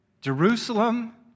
Jerusalem